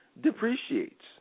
depreciates